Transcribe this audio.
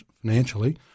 financially